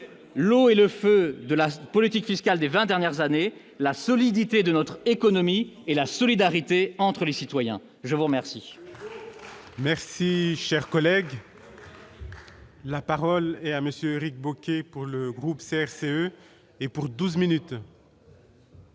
l'eau et le feu de la politique fiscale des 20 dernières années, la solidité de notre économie et la solidarité entre les citoyens, je vous remercie. Merci, cher collègue. La parole est à monsieur Éric Bocquet pour le groupe CRCE et pour 12 minutes.